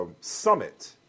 summit